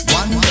one